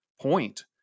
point